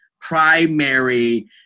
primary